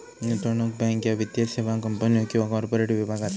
गुंतवणूक बँक ह्या वित्तीय सेवा कंपन्यो किंवा कॉर्पोरेट विभाग असा